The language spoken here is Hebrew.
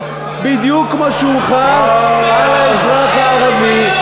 בדיוק כמו שהוא חל על האזרח הערבי.